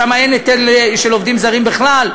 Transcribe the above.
שם אין היטל של עובדים זרים בכלל,